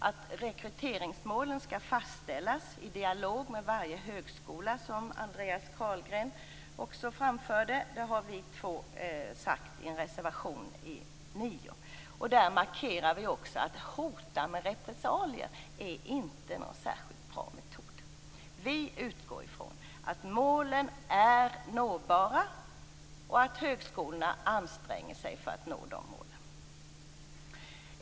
Att rekryteringsmålen skall fastställas i dialog med varje högskola, som Andreas Carlgren nämnde, har vi framfört i reservation 9. Där markerar vi också att hotet med repressalier inte är någon särskilt bra metod. Vi utgår från att målen är nåbara och att högskolorna anstränger sig för att nå målen.